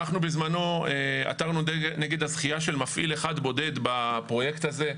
אנחנו בזמנו עתרנו נגד הזכייה של מפעיל אחד בודד בפרויקט הזה,